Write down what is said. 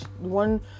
one